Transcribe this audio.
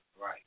Right